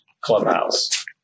clubhouse